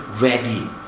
ready